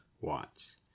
Watts